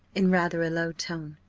in rather a low tone.